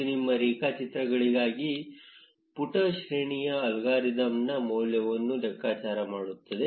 ಇದು ನಿಮ್ಮ ರೇಖಾಚಿತ್ರಗಳಿಗಾಗಿ ಪುಟ ಶ್ರೇಣಿಯ ಅಲ್ಗಾರಿದಮ್ನ ಮೌಲ್ಯಗಳನ್ನು ಲೆಕ್ಕಾಚಾರ ಮಾಡುತ್ತದೆ